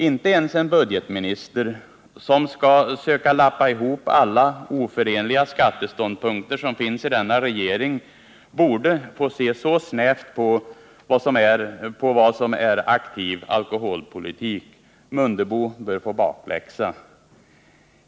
Inte ens en budgetminister, som skall söka lappa ihop alla oförenliga skatteståndpunkter som finns i denna regering, borde få se så snävt på vad som är aktiv alkoholpolitik. Herr Mundebo bör få bakläxa.